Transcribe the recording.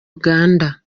uganda